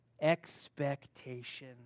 Expectation